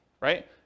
right